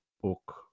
book